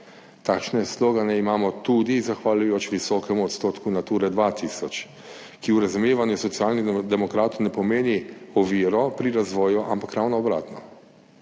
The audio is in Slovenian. Takšne slogane imamo tudi zahvaljujoč visokemu odstotku Nature 2000, ki v razumevanju Socialnih demokratov ne pomeni oviro pri razvoju, ampak ravno obratno.